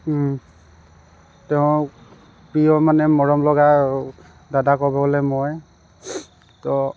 তেওঁ প্ৰিয় মানে মৰমলগা দাদা ক'বলৈ মই ত